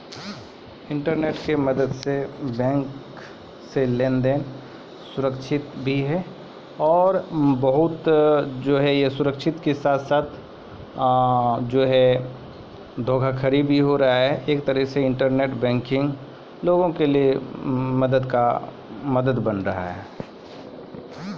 internet bank रो मदद से लेन देन सुरक्षित हुवै छै